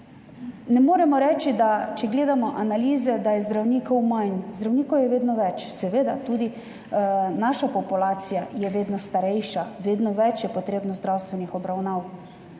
Ne moremo reči, če gledamo analize, da je zdravnikov manj. Zdravnikov je vedno več. Seveda je tudi naša populacija vedno starejša, vedno več je potrebnih zdravstvenih obravnav,